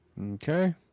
Okay